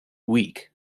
weak